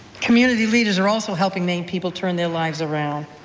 community leaders are also helping maine people turn their lives around.